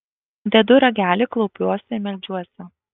dedu ragelį klaupiuosi ir meldžiuosi